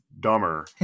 dumber